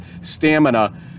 stamina